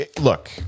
look